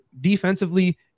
defensively